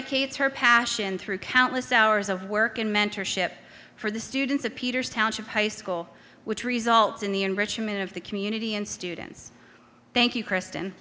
icates her passion through countless hours of work and mentorship for the students of peters township high school which results in the enrichment of the community and students thank you krist